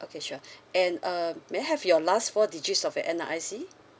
okay sure and um may I have your last four digits of your N_R_I_C